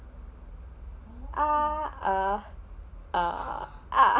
ah ah ah ah